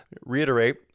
Reiterate